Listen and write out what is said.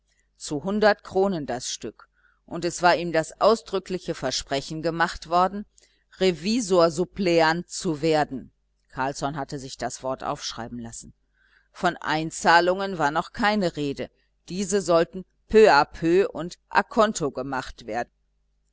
zu hundert kronen das stück auch war ihm das ausdrückliche versprechen gemacht worden revisorsuppleant zu werden carlsson hatte sich das wort aufschreiben lassen von einzahlungen war noch keine rede diese sollten peu peu und conto gemacht werden